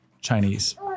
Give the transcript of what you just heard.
Chinese